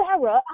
Sarah